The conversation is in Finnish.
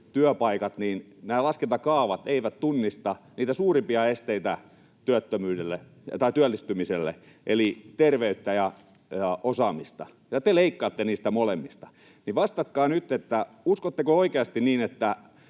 työpaikat... Nämä laskentakaavat eivät tunnista niitä suurimpia esteitä työllistymiselle eli terveyttä ja osaamista. Ja kun te leikkaatte niistä molemmista, niin vastatkaa nyt: uskotteko oikeasti niin, että